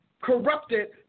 Corrupted